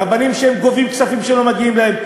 רבנים שגובים כספים שלא מגיעים להם.